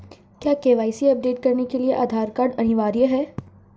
क्या KYC update करने के लिए आधार कार्ड अनिवार्य है?